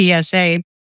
PSA